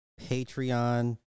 Patreon